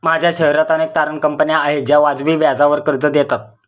माझ्या शहरात अनेक तारण कंपन्या आहेत ज्या वाजवी व्याजावर कर्ज देतात